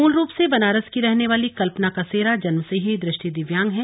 मूल रूप से बनारस की रहने वाली कल्पना कसेरा जन्म से ही दृष्टि दिव्यांग हैं